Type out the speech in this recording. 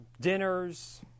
dinners